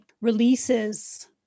releases